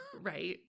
Right